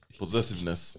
possessiveness